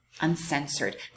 Uncensored